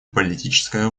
политическая